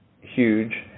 huge